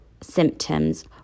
symptoms